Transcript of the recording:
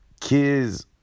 kids